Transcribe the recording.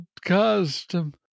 custom